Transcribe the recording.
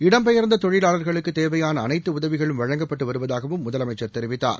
இடம்பெயர்ந்த தொழிலாளர்களுக்கு தேவையாள அனைத்து உதவிகளும் வழங்கப்பட்டு வருவதாகவும் முதலமைச்சர் தெரிவித்தார்